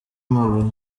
amabuye